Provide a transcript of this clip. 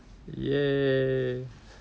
!yay!